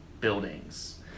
buildings